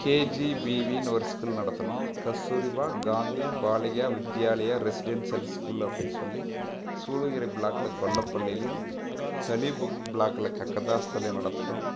கேஜிபிவின்னு ஒரு ஸ்கில் நடத்தினோம் கஸ்தூரிபா காந்தி பாலய வித்யாலயா ரெஸிஸ்டண்ட் அன் ஸ்கில் அப்படின்னு சொல்லி சூலகிரி பிளாக்கில் கொல்லப்பள்ளிலேயும் தளி புக் பிளாக்கில் கக்கதாஸ்திலயும் நடத்திட்டோம்